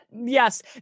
Yes